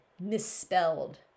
misspelled